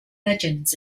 legends